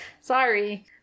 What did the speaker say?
sorry